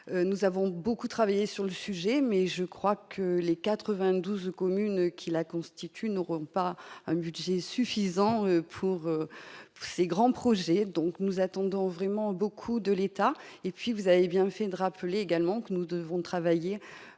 nous avons beaucoup travaillé sur le sujet, mais je crois que les 92 communes qui la constituent, n'auront pas un budget suffisant pour ces grands projets, donc nous attendons vraiment beaucoup de l'État et puis vous avez bien fait de rappeler également que nous devons travailler